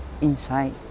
inside